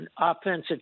offensive